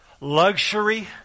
luxury